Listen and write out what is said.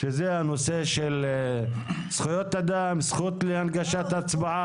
שזה הנושא של זכויות אדם, זכות להנגשת הצבעה.